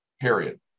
Period